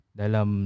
dalam